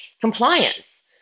compliance